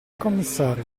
commissario